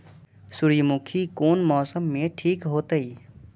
सूर्यमुखी कोन मौसम में ठीक होते?